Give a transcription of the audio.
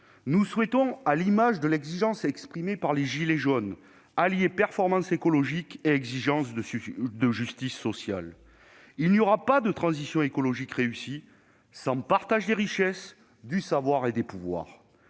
nous souhaitons, à l'image de l'exigence exprimée par les « gilets jaunes », allier performances écologiques et exigence de justice sociale. Il n'y aura pas de transition écologique réussie sans partage des richesses, du savoir et des pouvoirs.